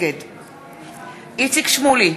נגד איציק שמולי,